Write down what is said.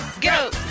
go